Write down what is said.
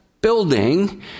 building